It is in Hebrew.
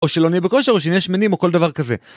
או שלא נהיה בכושר, או שנהיה שמנים, או כל דבר כזה.